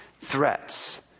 threats